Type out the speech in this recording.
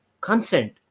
consent